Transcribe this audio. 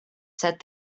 set